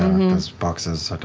boxes,